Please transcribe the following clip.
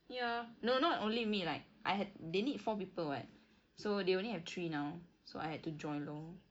ya no not only me like I had they need four people [what] so they only have three now so I had to join lor